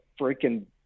freaking